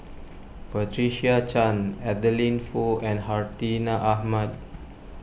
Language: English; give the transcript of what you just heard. Patricia Chan Adeline Foo and Hartinah Ahmad